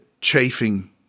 chafing